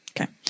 Okay